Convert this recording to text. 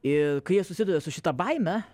ir kai jie susiduria su šita baime